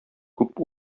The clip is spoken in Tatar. күп